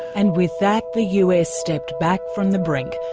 and with that, the us stepped back from the brink.